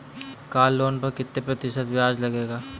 Car loan पर कितना प्रतिशत ब्याज लगेगा?